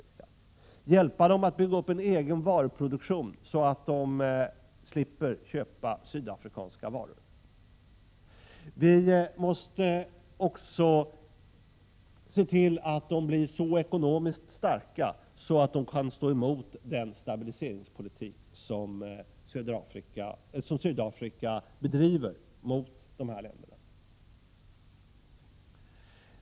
Vi måste hjälpa dem att bygga upp en egen varuproduktion, så att de slipper köpa sydafrikanska varor. Vi måste också se till att de blir så ekonomiskt starka att de kan stå emot den destabiliseringspolitik som Sydafrika bedriver mot dessa länder.